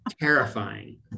Terrifying